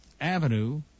Avenue